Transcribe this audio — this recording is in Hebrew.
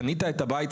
קנית את הבית,